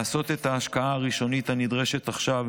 לעשות את ההשקעה הראשונית הנדרשת עכשיו